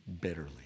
bitterly